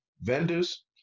Vendors